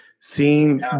seeing